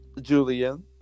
julian